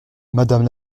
madame